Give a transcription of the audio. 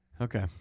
Okay